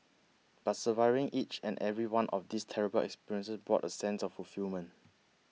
but surviving each and every one of these terrible experiences brought a sense of fulfilment